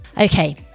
Okay